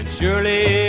surely